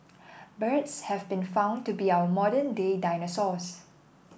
birds have been found to be our modern day dinosaurs